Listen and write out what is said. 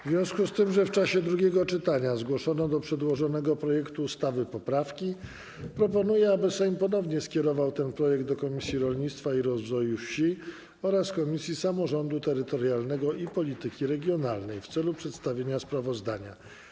W związku z tym, że w czasie drugiego czytania zgłoszono do przedłożonego projektu ustawy poprawki, proponuję, aby Sejm ponownie skierował ten projekt do Komisji Rolnictwa i Rozwoju Wsi oraz Komisji Samorządu Terytorialnego i Polityki Regionalnej w celu przedstawienia sprawozdania.